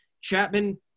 Chapman